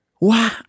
Wow